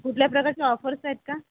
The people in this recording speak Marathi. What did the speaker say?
कुठल्या प्रकारच्या ऑफर्स आहेत का